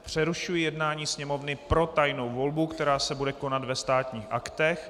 Přerušuji jednání Sněmovny pro tajnou volbu, která se bude konat ve Státních aktech.